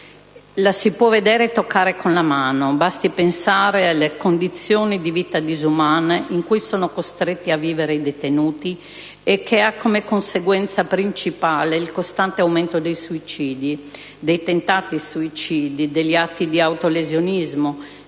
la si può vedere e toccare con mano; basti pensare alle condizioni di vita disumane in cui sono costretti a vivere i detenuti e che ha come conseguenza principale il costante aumento dei suicidi, dei tentati suicidi, degli atti di autolesionismo,